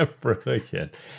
Brilliant